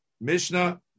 Mishnah